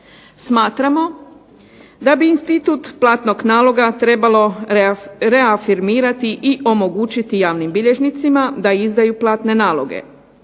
Smatramo da bi institut platnog naloga trebalo reafirmirati i omogućiti javnim bilježnicima da izdaju platne naloge.